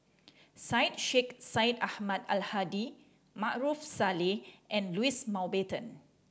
Syed Sheikh Syed Ahmad Al Hadi Maarof Salleh and Louis Mountbatten